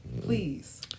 Please